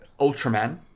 Ultraman